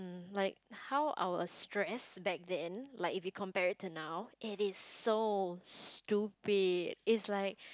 like how our stress back then like if we compare it to now it is so stupid is like